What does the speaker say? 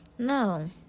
No